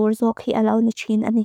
tisuala nipon ati idik dan.